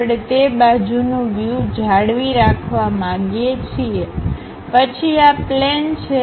આપણે તે બાજુનું વ્યુજાળવી રાખવા માગીએ છીએ પછી આ પ્લેન છે